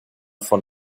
von